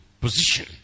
position